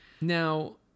Now